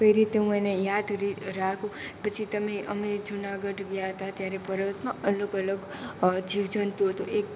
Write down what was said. કઈ રીતે હું એને યાદ રાખું પછી તમે અમે જૂનાગઢ ગયા હતા ત્યારે પર્વતમાં અલગ અલગ જીવજંતુ હતું એક